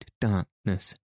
darkness